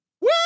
Woo